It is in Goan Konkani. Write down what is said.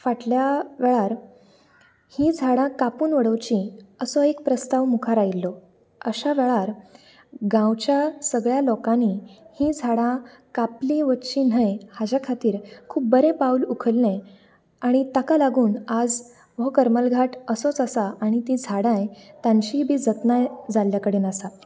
फाटल्या वेळार हीं झाडां कापून उडोवची असो एक प्रस्ताव मुखार आयिल्लो अश्या वेळार गांवच्या सगळ्यां लोकांनी हीं झाडां कापली वचची न्हय हाज्या खातीर खूब बरें पावल उखल्ले आनी ताका लागून आज हो करमलघाट असोच आसा आनी तीं झाडाय तांचीय बी जतनाय जाल्ले कडेन आसा